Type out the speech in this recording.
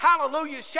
hallelujah